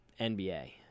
NBA